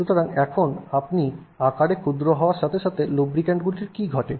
সুতরাং এখন আপনি আকারে ক্ষুদ্র হওয়ার সাথে লুব্রিক্যান্টগুলির কী ঘটে